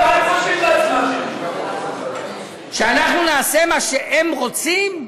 מה הם חושבים לעצמם, אנחנו נעשה מה שהם רוצים?